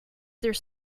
there